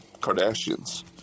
Kardashians